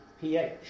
pH